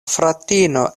fratino